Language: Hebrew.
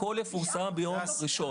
הכול יפורסם ביום ראשון.